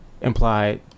implied